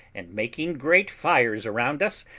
and making great fires around us,